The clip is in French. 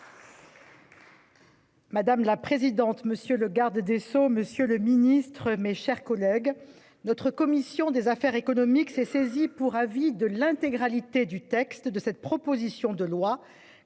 Madame la présidente, monsieur le garde des Sceaux, Monsieur le Ministre, mes chers collègues. Notre commission des affaires économiques s'est saisie pour avis de l'intégralité du texte de cette proposition de loi